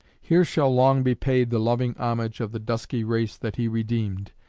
here shall long be paid the loving homage of the dusky race that he redeemed.